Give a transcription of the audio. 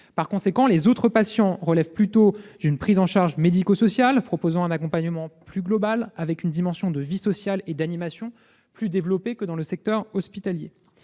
Par conséquent, les autres patients relèvent plutôt d'une prise en charge médico-sociale, proposant un accompagnement plus global, avec une dimension de vie sociale et d'animation plus développée que dans le secteur hospitalier.